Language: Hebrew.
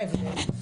מה ההבדל?